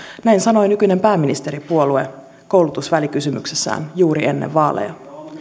näin sanoi nykyinen pääministeripuolue koulutusvälikysymyksessään juuri ennen vaaleja